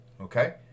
Okay